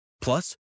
Plus